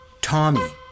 Tommy